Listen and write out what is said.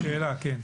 כן.